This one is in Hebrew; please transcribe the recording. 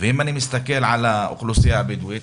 אם אני מסתכל על האוכלוסייה הבדואית